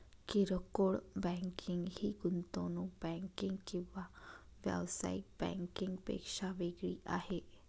किरकोळ बँकिंग ही गुंतवणूक बँकिंग किंवा व्यावसायिक बँकिंग पेक्षा वेगळी आहे